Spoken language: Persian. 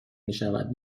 میشود